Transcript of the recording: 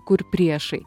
kur priešai